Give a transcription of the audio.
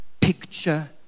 picture